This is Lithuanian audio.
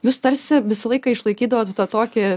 jūs tarsi visą laiką išlaikydavot tą tokį